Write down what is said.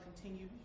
continue